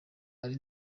ari